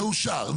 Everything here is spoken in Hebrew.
מאושר.